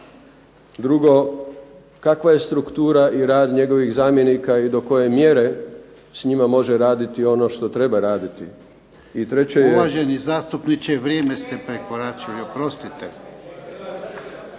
Drugo, kakva je struktura i rad njegovih zamjenika i do koje mjere s njima može raditi ono što treba raditi. I treće je... **Jarnjak, Ivan (HDZ)** Uvaženi zastupniče, vrijeme ste prekoračili. Oprostite.